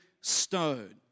stone